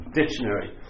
dictionary